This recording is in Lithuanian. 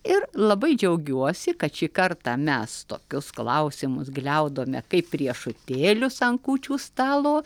ir labai džiaugiuosi kad šį kartą mes tokius klausimus gliaudome kaip riešutėlius ant kūčių stalo